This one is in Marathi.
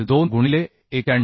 2 गुणिले 91